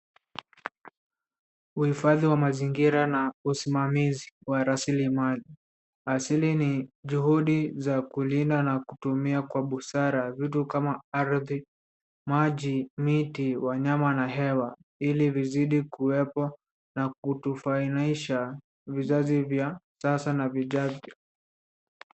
Uhifadhi wa mazingira na usimamizi wa rasilimali. Asili ni juhudi za kulinda na kutumia kwa busara vitu kama ardhi, maji, miti wanyama na hewa ili vizidi kuwepo na kutufainisha vizazi vya sasa na vijavyo.